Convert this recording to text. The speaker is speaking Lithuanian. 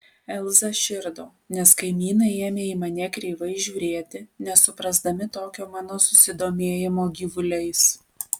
elza širdo nes kaimynai ėmė į mane kreivai žiūrėti nesuprasdami tokio mano susidomėjimo gyvuliais